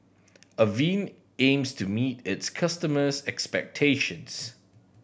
Avene aims to meet its customers' expectations